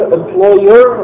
employer